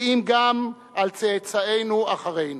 כי אם גם על צאצאינו אחרינו.